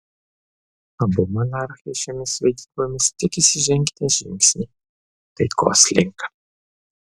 abu monarchai šiomis vedybomis tikisi žengti žingsnį taikos link